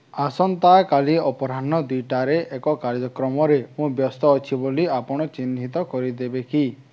ଆସନ୍ତାକାଲି ଅପରାହ୍ନ ଦୁଇଟାରେ ଏକ କାର୍ଯ୍ୟକ୍ରମରେ ମୁଁ ବ୍ୟସ୍ତ ଅଛି ବୋଲି ଆପଣ ଚିହ୍ନିତ କରିଦେବେ କି